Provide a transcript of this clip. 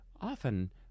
often